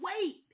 wait